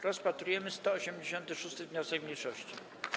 Rozpatrujemy 186. wniosek mniejszości.